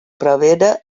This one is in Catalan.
prevere